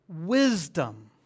wisdom